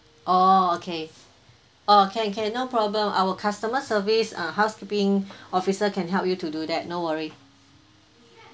oh okay oh can can no problem our customer service err housekeeping officer can help you to do that no worry